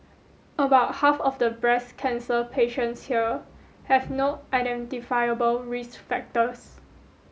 about half of the breast cancer patients here have no identifiable risk factors